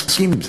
שמתעסקים עם זה,